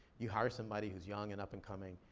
you hire somebody who's young and up-and-coming,